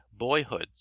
Boyhoods